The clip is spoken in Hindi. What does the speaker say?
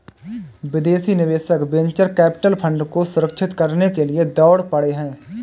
विदेशी निवेशक वेंचर कैपिटल फंड को सुरक्षित करने के लिए दौड़ पड़े हैं